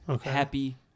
Happy